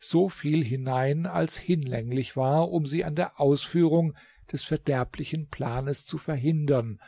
so viel hinein als hinlänglich war um sie an der ausführung des verderblichen planes zu verhindern